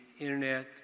internet